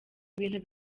ibintu